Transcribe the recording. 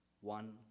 one